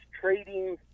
trading